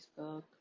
Facebook